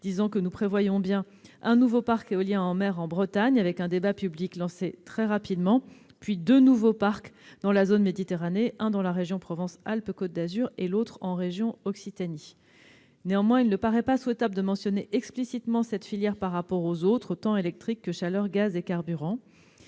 que nous prévoyons bien un nouveau parc éolien en mer en Bretagne- le débat public sera lancé très rapidement -, puis deux nouveaux parcs dans la zone Méditerranée, l'un en région Provence-Alpes-Côte d'Azur et l'autre en région Occitanie. Néanmoins, il ne paraît pas souhaitable de mentionner explicitement cette filière par rapport aux autres. Les objectifs de 1 gigawatt